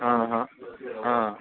हाँ हाँ हाँ